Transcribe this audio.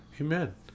amen